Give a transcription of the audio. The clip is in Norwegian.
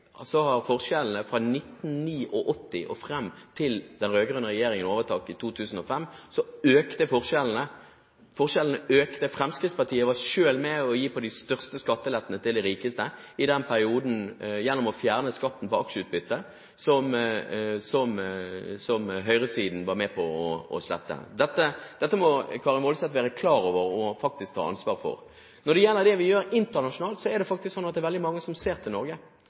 Fra 1989 og fram til den rød-grønne regjeringen overtok i 2005 økte forskjellene kontinuerlig – forskjellene økte. Fremskrittspartiet var selv med på å gi de største skattelettene til de rikeste i den perioden gjennom å fjerne skatten på aksjeutbytte – høyresiden var med på å slette den. Dette må Karin S. Woldseth være klar over og faktisk ta ansvar for. Når det gjelder det vi gjør internasjonalt, er det faktisk slik at det er veldig mange som ser til Norge.